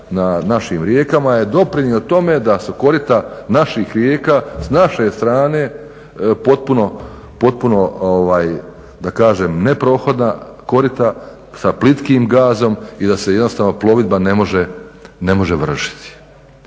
na našim rijekama je doprinijeo tome da su korita naših rijeka s naše strane potpuno da kažem neprohodna korita sa plitkim gazom i da se jednostavno plovidba ne može vršiti.